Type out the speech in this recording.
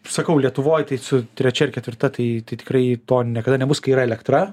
sakau lietuvoj tai su trečia ir ketvirta tai tai tikrai to niekada nebus kai yra elektra